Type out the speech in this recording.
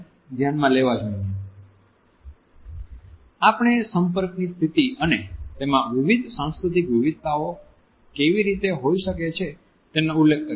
આપણે સંપર્કની સ્થિતિ અને તેમાં વિવિધ સાંસ્કૃતિક વિવિધતાઓ કેવી રીતે હોઈ શકે છે તેનો ઉલ્લેખ કર્યો છે